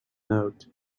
note